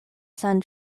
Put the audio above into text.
some